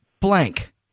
blank